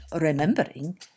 remembering